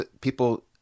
people